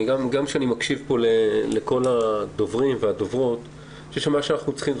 גם כשאני מקשיב פה לכל הדוברים והדוברות אני חושב שמה שאנחנו צריכים,